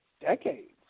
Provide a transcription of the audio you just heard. decades